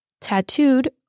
tattooed